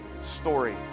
story